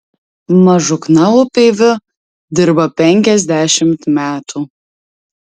mažukna upeiviu dirba penkiasdešimt metų